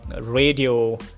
radio